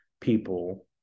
people